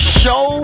show